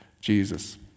Jesus